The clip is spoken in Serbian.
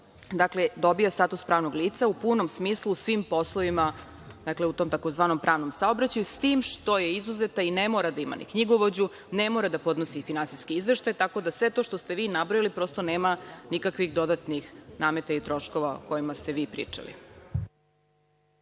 zakonu dobija status pravnog lica u punom smislu u svim poslovima, dakle, u tom tzv. pravnom saobraćaju, s tim što je izuzeta, ne mora da ima knjigovođu, ne mora da podnosi finansijske izveštaje, tako da sve to što ste vi nabrojali… Nema nikakvih dodatnih nameta i troškova o kojima ste vi pričali.